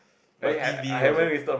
my team being also